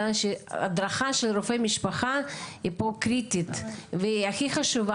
לגבי זה שהדרכת רופאי המשפחה היא קריטית וחשובה.